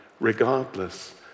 regardless